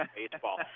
baseball